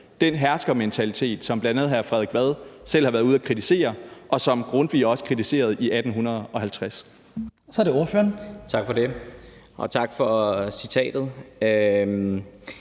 den herskermentalitet, som bl.a. hr. Frederik Vad har været ude at kritisere, og som Grundtvig også kritiserede i 1850. Kl. 14:54 Den fg. formand (Hans Kristian